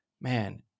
man